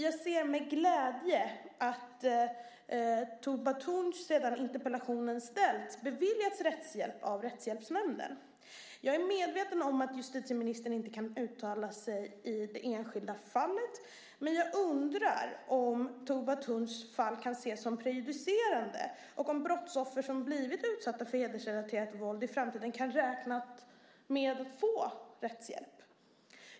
Jag ser med glädje att Tugba Tunc sedan interpellationen ställts beviljats rättshjälp av Rättshjälpsnämnden. Jag är medveten om att justitieministern inte kan uttala sig i det enskilda fallet, men jag undrar om Tugba Tuncs fall kan ses som prejudicerande och om brottsoffer som blivit utsatta för hedersrelaterat våld i framtiden kan räkna med att få rättshjälp.